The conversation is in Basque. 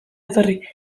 etorri